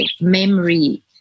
memory